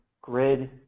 grid